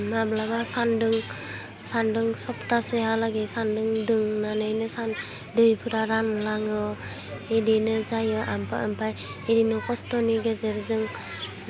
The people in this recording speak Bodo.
माब्लाबा सान्दुं सान्दुं सप्तासेहालागै सान्दुं दुंनानैनो सान दैफ्रा रानलाङो बिदिनो जायो आमफा आमफाय बिदिनो खस्थ'नि गेजेरजों